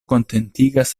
kontentigas